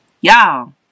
Y'all